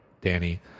Danny